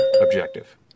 objective